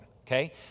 Okay